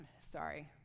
sorry—